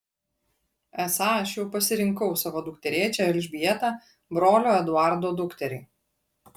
esą aš jau pasirinkau savo dukterėčią elžbietą brolio eduardo dukterį